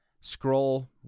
scroll